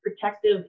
protective